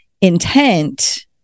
intent